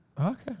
Okay